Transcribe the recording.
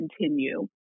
continue